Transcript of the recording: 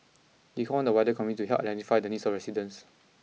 he called on the wider community to help identify the needs of residents